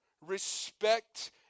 Respect